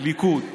כליכוד,